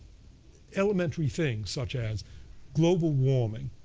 elementary things such as global warming.